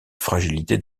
fragilité